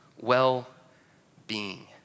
well-being